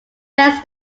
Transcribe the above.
less